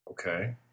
Okay